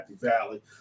Valley